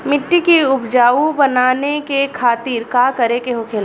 मिट्टी की उपजाऊ बनाने के खातिर का करके होखेला?